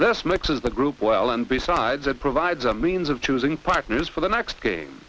this mixes the group well and besides it provides a means of choosing partners for the next g